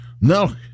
no